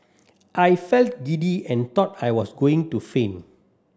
I felt giddy and thought I was going to faint